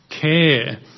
care